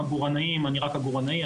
עגורנאים: אני רק עגורנאי,